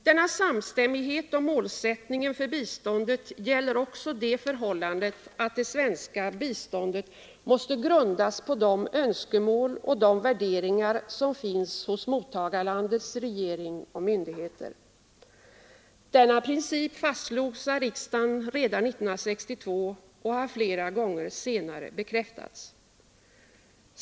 Denna samstämmighet om målsättningen för biståndet gäller också det förhållandet att det svenska biståndet måste grundas på de önskemål och de värderingar som finns hos mottagarlandets regering och myndigheter. Denna princip fastslogs av riksdagen redan 1962 och har flera gånger senare bekräftats.